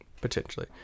potentially